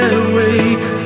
awake